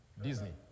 Disney